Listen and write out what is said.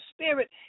spirit